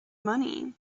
money